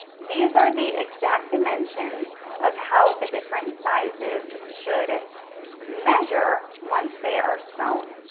these are the exact dimensions of how the different sizes should measure once they are sewn.